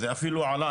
זה אפילו עלה,